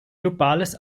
globales